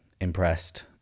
impressed